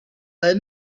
they